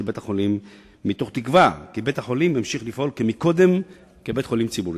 בית-החולים מתוך תקווה כי בית-החולים ימשיך לפעול כמקודם כבית-חולים ציבורי.